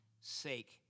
sake